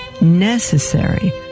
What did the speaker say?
necessary